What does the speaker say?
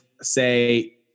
say